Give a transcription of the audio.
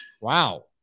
Wow